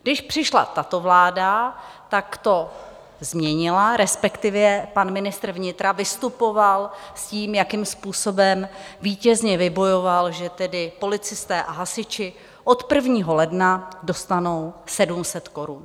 Když přišla tato vláda, tak to změnila, respektive pan ministr vnitra vystupoval s tím, jakým způsobem vítězně vybojoval, že tedy policisté a hasiči od 1. ledna dostanou 700 korun.